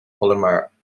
polymerization